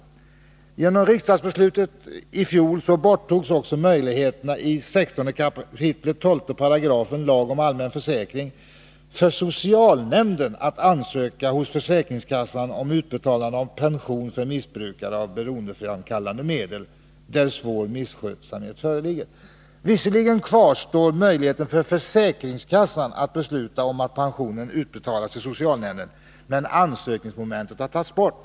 Nr 33 Genom riksdagsbeslutet i fjol borttogs också möjligheten i 16 kap. 12 § lagen om allmän försäkring för socialnämnden att ansöka hos försäkringskassan om utbetalande av pension för missbrukare av beroendeframkallande medel, där svår misskötsamhet föreligger. Visserligen kvarstår möjligheten . é Socialförsäkringsför försäkringskassan att besluta om att pensionen utbetalas till socialnämnförmåner till. missden, men ansökningsmomentet har tagits bort.